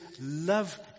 love